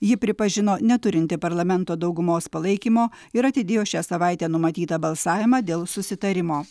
ji pripažino neturinti parlamento daugumos palaikymo ir atidėjo šią savaitę numatytą balsavimą dėl susitarimo